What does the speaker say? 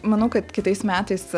manau kad kitais metais